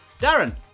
Darren